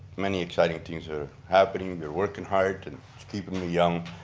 many exciting things are happening, we're working hard, and it's keeping me young,